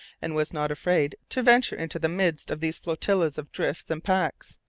and was not afraid to venture into the midst of these flotillas of drifts and packs.